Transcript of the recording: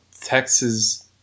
Texas